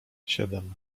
siedem